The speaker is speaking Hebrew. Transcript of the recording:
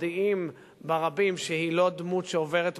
מודיעים ברבים שהיא לא דמות שעוברת מסך,